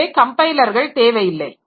எனவே கம்பைலர்கள் தேவையில்லை